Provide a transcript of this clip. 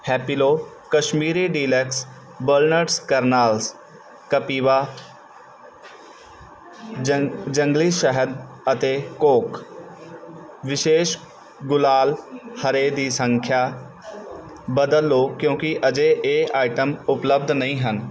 Happilo Kashmiri deluxe walnuts kernels Kapiva ਜ ਜੰਗਲੀ ਸ਼ਹਿਦ ਅਤੇ ਕੋਕ ਵਿਸ਼ੇਸ਼ ਗੁਲਾਲ ਹਰੇ ਦੀ ਸੰਖਿਆ ਬਦਲ ਲਓ ਕਿਉਂਕਿ ਅਜੇ ਇਹ ਆਈਟਮ ਉਪਲੱਬਧ ਨਹੀਂ ਹਨ